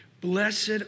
blessed